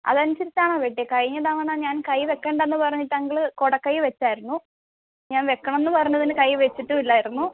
അതനുസരിച്ചാണോ വെട്ടിയത് കഴിഞ്ഞ തവണ ഞാൻ കൈ വയ്ക്കണ്ട എന്ന് പറഞ്ഞിട്ട് അങ്കിൾ കുടക്കൈ വെച്ചിരുന്നു ഞാൻ വയ്ക്കണമെന്ന് പറഞ്ഞതിന് കൈ വെച്ചിട്ടും ഇല്ലായിരുന്നു